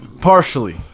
Partially